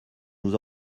nous